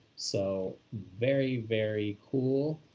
so very, very cool.